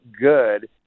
good